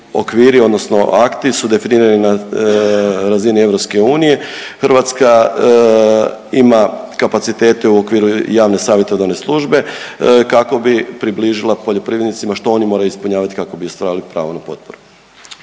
okviri odnosno akti su definirani na razini EU. Hrvatska ima kapacitete u okviru javne savjetodavne službe kako bi približila poljoprivrednicima što oni moraju ispunjavati kako bi ostvarili pravo na potporu.